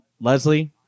Leslie